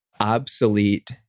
obsolete